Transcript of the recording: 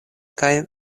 kaj